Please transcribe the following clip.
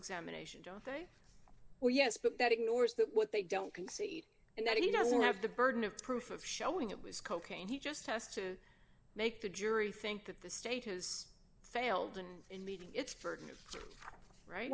examination don't they well yes but that ignores that what they don't concede and that he doesn't have the burden of proof of showing it was cocaine he just has to make the jury think that the state has failed and in meeting its burden right